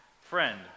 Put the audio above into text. Friend